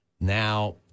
Now